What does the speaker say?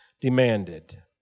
demanded